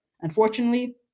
Unfortunately